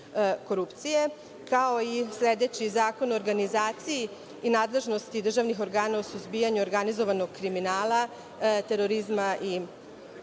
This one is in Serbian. korupcije, kao i sledeći Zakon o organizaciji i nadležnosti državnih organa u suzbijanju organizovanog kriminala, terorizma i korupcije,